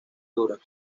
duras